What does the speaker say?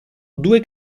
due